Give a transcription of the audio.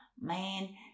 man